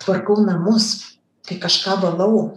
tvarkau namus kai kažką valau